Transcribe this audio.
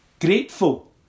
Grateful